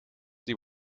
die